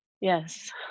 Yes